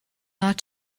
not